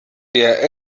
der